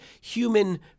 human